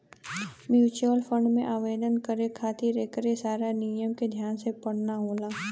mutual fund में आवेदन करे खातिर एकरे सारा नियम के ध्यान से पढ़ना होला